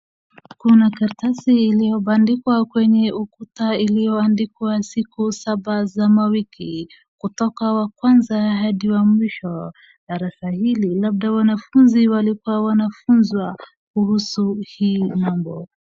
Kuna karatasi iliyobandikwa kwenye ukuta iliyoandikwa siku saba za mawiki kutoka wa kwanza hadi wa mwisho. Darasa hili labda wanafunzi walikua kuhusu hii mambo.